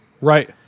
Right